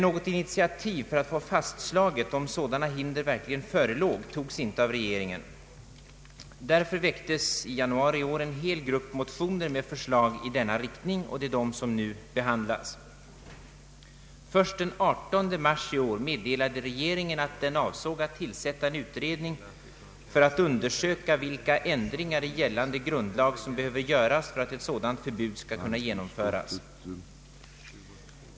Något initiativ för att få fastslaget om sådana hinder verkligen förelåg togs dock inte av regeringen. Därför väcktes i januari i år en hel grupp motioner med förslag i denna riktning, och det är dessa som nu behandlas. Först den 18 mars i år meddelade regeringen att den avsåg att tillsätta en utredning för att undersöka vilka ändringar i gällande grundlag som behöver göras för att ett sådant förbud skall kunna genomföras.